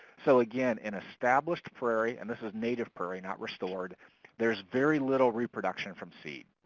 so again, in established prairie and this is native prairie, not restored there's very little reproduction from seed.